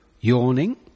yawning